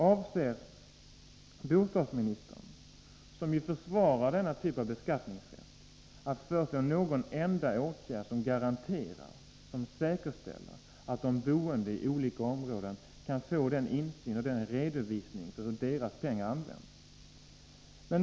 Avser bostadsministern, som vill försvara denna typ av beskattningsrätt, att föreslå någon enda åtgärd som säkerställer att de boende i olika områden kan få insyn och redovisning när det gäller användandet av pengarna?